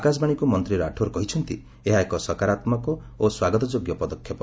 ଆକାଶବାଣୀକୁ ମନ୍ତ୍ରୀ ରାଠୋର କହିଚ୍ଚନ୍ତି ଏହା ଏକ ସକାରାତ୍ମକ ଓ ସ୍ୱାଗତଯୋଗ୍ୟ ପଦକ୍ଷେପ